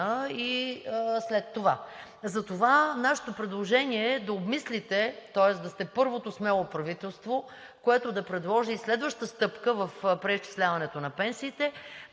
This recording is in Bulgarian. и след това. Затова нашето предложение е да обмислите – тоест да сте първото смело правителство, което да предложи и следваща стъпка в преизчисляването на пенсиите